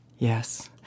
Yes